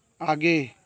आगे